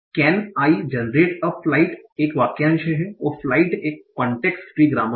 तो can I generate a flight एक वाक्यांश है और फ्लाइट एक कांटेक्स्ट फ्री ग्रामर है